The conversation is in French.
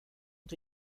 ont